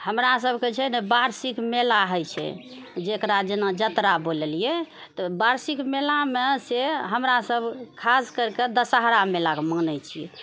हमरा सभकेँ छै ने वार्षिक मेला हइ छै जेकरा जेना जतरा बोललिऐ तऽ वार्षिक मेलामे से हमरा सभ खास करिके दशहरा सभ मेलाके मानै छिऐ